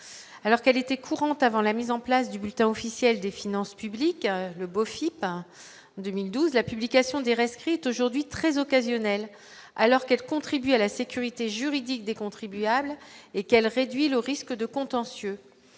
alors qu'elle était courantes avant la mise en place du bulletin officiel des finances publiques, le beau philippin 2012, la publication des rescrit est aujourd'hui très occasionnel, alors qu'elle contribue à la sécurité juridique des contribuables et qu'elle réduit le risque de contentieux